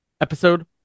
Episode